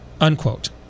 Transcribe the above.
unquote